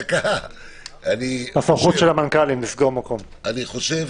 אני חושב